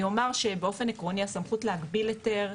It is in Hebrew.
אני אומר שבאופן עקרוני, הסמכות להגביל היתר,